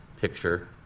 picture